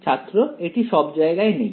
ছাত্র এটি সব জায়গায় নেই